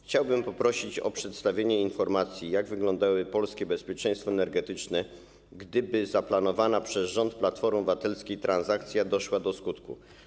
Chciałbym poprosić o przedstawienie informacji, jak wyglądałoby polskie bezpieczeństwo energetyczne, gdyby zaplanowana przez rząd Platformy Obywatelskiej transakcja doszła do skutku.